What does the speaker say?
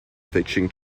fiction